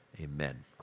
Amen